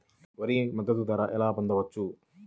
వరి మద్దతు ధర ఎలా పొందవచ్చు?